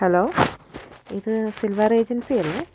hello ഇത് silver agency അല്ലേ